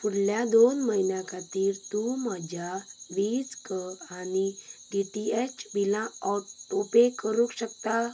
फुडल्या दोन म्हयन्यां खातीर तूं म्हज्या वीज क आनी डी टी एच बिलां ऑटो पे करूंक शकता